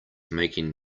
making